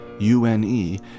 UNE